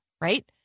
right